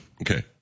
Okay